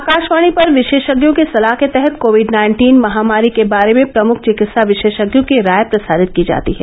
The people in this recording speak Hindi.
आकाशवाणी पर विशेषज्ञों की सलाह के तहत कोविड नाइन्टीन महामारी के बारे में प्रमुख चिकित्सा विशेषज्ञों की राय प्रसारित की जाती है